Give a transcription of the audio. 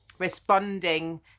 responding